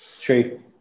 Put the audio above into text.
True